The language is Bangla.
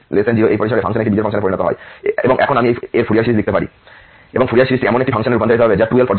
এবং এখন আমি এর ফুরিয়ার সিরিজটি লিখতে পারি এবং ফুরিয়ার সিরিজটি এমন একটি ফাংশনে রূপান্তরিত হবে যা 2L পর্যায়ক্রমিক হবে কেবল L পর্যায়ক্রমিক নয়